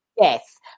Yes